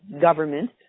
government